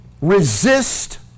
resist